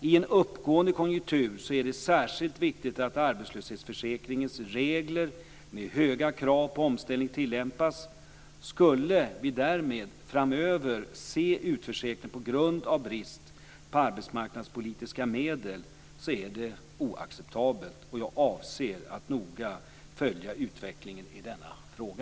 I en uppåtgående konjunktur är det särskilt viktigt att arbetslöshetsförsäkringens regler med höga krav på omställning tillämpas. Skulle vi däremot framöver se utförsäkring på grund av brist på arbetsmarknadspolitiska medel så är det oacceptabelt. Jag avser att noga följa utvecklingen i denna fråga.